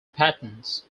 patents